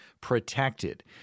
protected